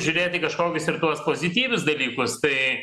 žiūrėt į kažkokius ir tuos pozityvius dalykus tai